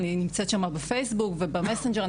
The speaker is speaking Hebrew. אני נמצאת שם בפייסבוק ובמסנג'ר,